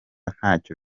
ntacyo